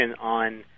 on